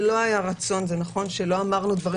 ולא היה רצון זה נכון שלא אמרנו דברים